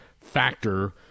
factor